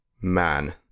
man